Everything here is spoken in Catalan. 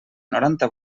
noranta